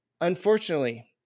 Unfortunately